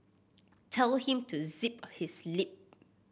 tell him to zip his lip